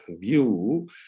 view